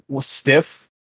stiff